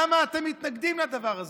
למה אתם מתנגדים לדבר הזה?